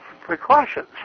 precautions